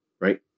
right